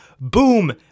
Boom